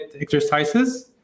exercises